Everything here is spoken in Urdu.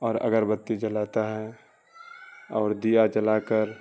اور اگربتی جلاتا ہے اور دیا جلا کر